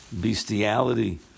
bestiality